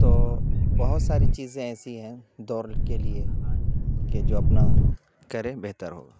تو بہت ساری چیزیں ایسی ہیں دوڑ کے لیے کہ جو اپنا کریں بہتر ہوگا